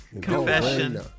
Confession